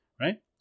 right